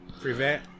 Prevent